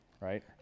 right